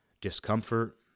discomfort